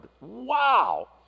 wow